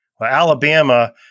Alabama